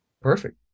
Perfect